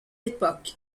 époque